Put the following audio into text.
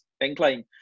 incline